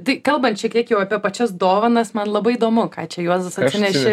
tai kalbant šitiek jau apie pačias dovanas man labai įdomu ką čia juozas atsinešė